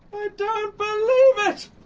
i don't believe it!